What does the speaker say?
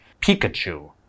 Pikachu